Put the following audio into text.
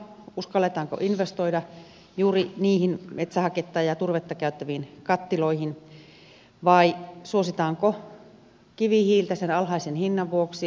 uskalletaanko investoida juuri niihin metsähaketta ja turvetta käyttäviin kattiloihin vai suositaanko kivihiiltä sen alhaisen hinnan vuoksi